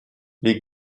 les